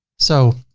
so